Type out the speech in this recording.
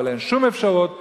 אבל אין שום אפשרות לעשות,